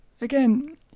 Again